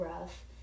rough